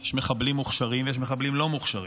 יש מחבלים מוכשרים ויש מחבלים לא מוכשרים.